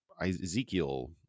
Ezekiel